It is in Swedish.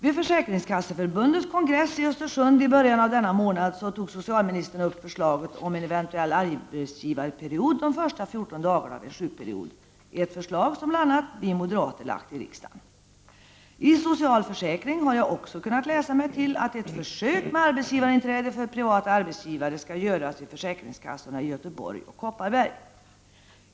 Vid Försäkringskasseförbundets kongress i Östersund i början av denna månad tog socialministern upp förslaget om en eventuell arbetsgivarperiod de första 14 dagarna av en sjukperiod, ett förslag som bl.a. vi moderater har lagt fram i riksdagen. I Social försäkring har jag också kunnat läsa mig till att ett försök med arbetsgivarinträde för privata arbetsgivare skall göras vid försäkringskassorna i Göteborg och Kopparberg.